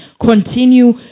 Continue